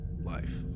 life